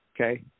Okay